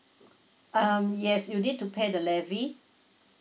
um yes you need to pay the levy